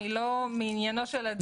היא לא מעניינו של הדיון.